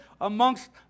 amongst